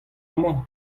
amañ